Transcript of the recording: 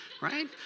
Right